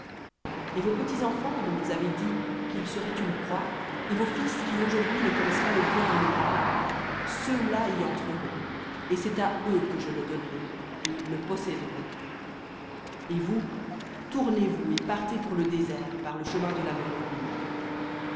et vos petits enfants dont vous avez dit qu'ils seraient une proie et vos fils qui aujourd'hui ne connaissent pas le bien et le mal ceux-là y entreront et c'est à eux que je le donnerai et ils le posséderont et vous tournez-vous et partez pour le désert par le chemin de la mer rouge